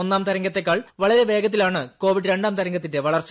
ഒന്നാം തരംഗത്തേക്കാൾ വളരെ വേഗത്തിലാണ് കോവിഡ് രണ്ടാം തരംഗത്തിന്റെ വളർച്ച